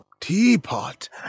teapot